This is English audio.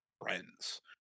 friends